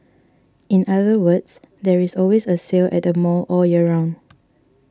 in other words there is always a sale at the mall all year round